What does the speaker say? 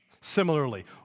Similarly